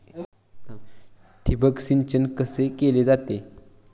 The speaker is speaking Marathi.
ठिबक सिंचन कसे केले जाते?